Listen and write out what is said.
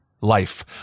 life